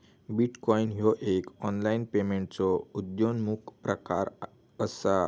bitcoin ह्यो एक online पेमेंटचो उद्योन्मुख प्रकार असा